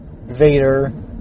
Vader